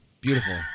Beautiful